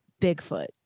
Bigfoot